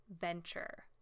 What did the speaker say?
venture